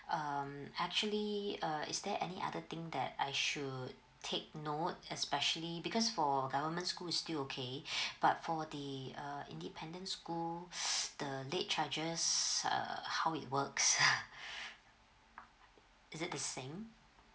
um actually uh is there any other thing that I should take note especially because for government school is still okay but for the uh independent school the late charges uh how it works is it the same